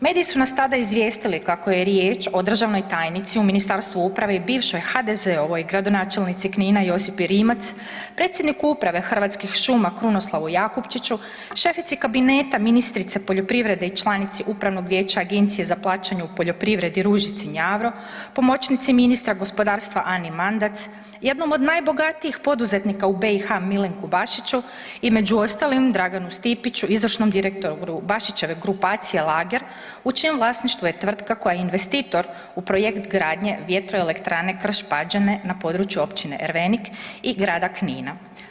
Mediji su nas tada izvijestili kako je riječ o državnoj tajnici u Ministarstvu uprave i bivšoj HDZ-ovoj gradonačelnici Knina Josipi Rimac, predsjedniku uprave Hrvatskih šuma Krunoslavu Jakupčiću, šefici kabineta ministrice poljoprivrede agencije za plaćanje u poljoprivredi Ružici Njavro, pomoćnici ministra gospodarstva Ani Mandac jednom od najbogatijih poduzetnika u BiH Milenku Bašiću i među ostalim Draganu Stipiću izvršnom direktoru Bašićeve grupacije Lager u čijem vlasništvu je tvrtka koja je investitor u projekt gradnje VE Krš-Pađene na području Općine Ervenik i Grada Knina.